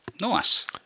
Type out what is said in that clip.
Nice